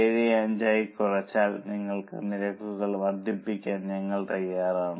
75 ആയി കുറച്ചാൽ നിങ്ങളുടെ നിരക്കുകൾ വർദ്ധിപ്പിക്കാൻ ഞങ്ങൾ തയ്യാറാണ്